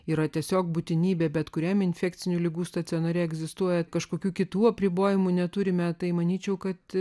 yra tiesiog būtinybė bet kuriam infekcinių ligų stacionare egzistuoja kažkokių kitų apribojimų neturime tai manyčiau kad